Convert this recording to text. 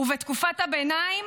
ובתקופת הביניים,